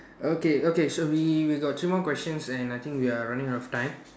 okay okay so we we got two more questions and I think we are running out of time